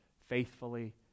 faithfully